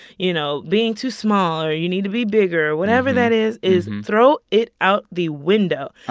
you know, being too small or you need to be bigger or whatever that is is throw it out the window.